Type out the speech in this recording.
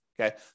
Okay